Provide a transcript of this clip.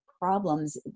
problems